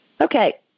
Okay